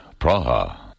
Praha